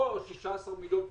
לא 16 מיליון.